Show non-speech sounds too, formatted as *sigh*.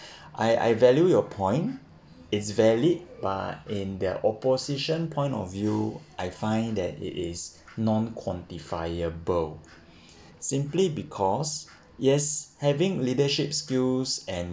I I value your point is valid but in the opposition point of view I find that it is non-quantifiable *breath* simply because yes having leadership skills and